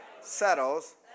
settles